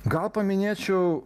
gal paminėčiau